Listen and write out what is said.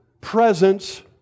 presence